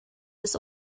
this